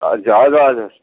हजुर हजुर